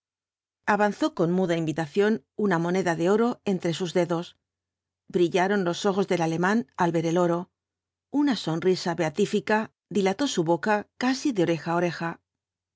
avanzó con muda invitación una moneda de oro entre sus dedos brillaron los ojos del alemán al ver el oro una sonrisa beatífica dilató su boca casi de oreja á oreja